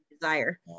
desire